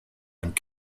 and